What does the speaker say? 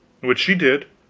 which she did,